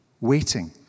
waiting